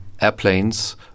airplanes